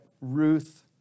Ruth